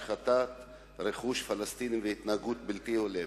השחתת רכוש פלסטיני והתנהגות בלתי הולמת.